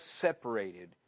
separated